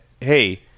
hey